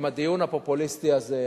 עם הדיון הפופוליסטי הזה.